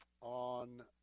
on